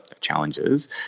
challenges